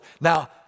Now